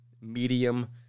medium